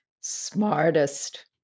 Smartest